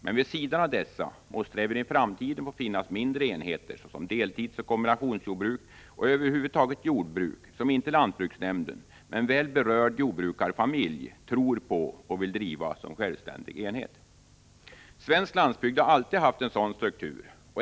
Men vid sidan av dessa måste det även i framtiden få finnas mindre enheter, såsom deltidsoch kombinationsjordbruk, och över huvud taget jordbruk som inte lantbruksnämnden — men väl berörd jordbrukarfamilj — tror på och vill driva som självständig enhet. Svensk landsbygd har alltid haft en sådan struktur.